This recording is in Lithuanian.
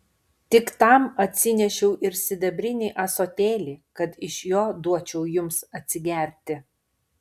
tik tam atsinešiau ir sidabrinį ąsotėlį kad iš jo duočiau jums atsigerti